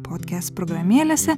podkest programėlėse